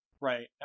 Right